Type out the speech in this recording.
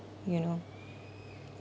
you know